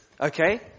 okay